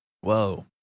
Whoa